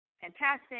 Fantastic